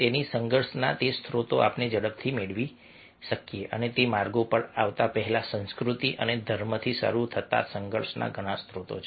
તેથી સંઘર્ષના તે સ્ત્રોતો આપણે ઝડપથી મેળવી શકીએ તે માર્ગો પર આવતા પહેલા સંસ્કૃતિ અને ધર્મથી શરૂ થતા સંઘર્ષના ઘણા સ્ત્રોતો છે